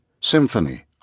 symphony